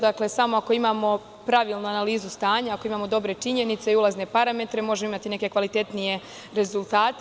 Dakle, samo ako imamo pravilnu analizu stanja, ako imamo dobre činjenice i ulazne parametre možemo imati neke kvalitetnije rezultate.